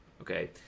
okay